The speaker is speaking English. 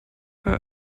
her